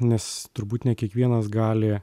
nes turbūt ne kiekvienas gali